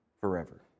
forever